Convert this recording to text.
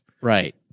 Right